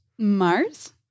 Mars